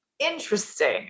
interesting